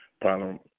problem